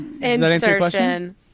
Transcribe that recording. insertion